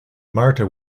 marthe